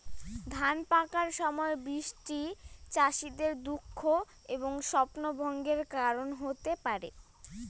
ধান পাকার সময় বৃষ্টি চাষীদের দুঃখ এবং স্বপ্নভঙ্গের কারণ হতে পারে